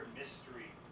mystery